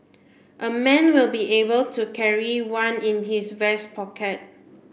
a man will be able to carry one in his vest pocket